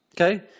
Okay